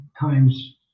times